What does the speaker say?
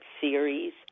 series